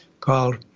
called